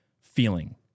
feeling